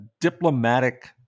diplomatic